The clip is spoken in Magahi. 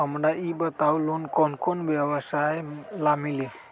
हमरा ई बताऊ लोन कौन कौन व्यवसाय ला मिली?